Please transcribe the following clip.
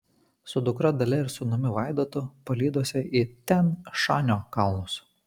su dukra dalia ir sūnumi vaidotu palydose į tian šanio kalnus